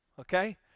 okay